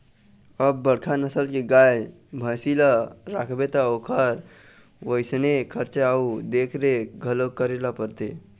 अब बड़का नसल के गाय, भइसी ल राखबे त ओखर वइसने खरचा अउ देखरेख घलोक करे ल परथे